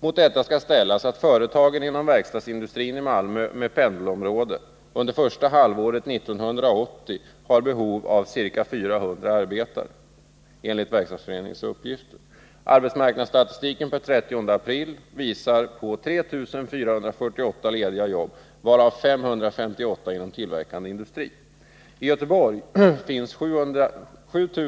Mot detta skall ställas att företagen inom verkstadsindustrin i Malmö med pendelområde under första halvåret 1980 enligt Verkstadsföreningens uppgifter har behov av ca 400 arbetare. Arbetsmarknadsstatistiken per 30 april visar på 3 448 lediga jobb, varav 558 inom tillverkande industri. I Göteborg finns 7